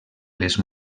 les